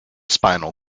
spinal